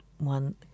one